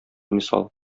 мисал